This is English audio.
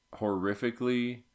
horrifically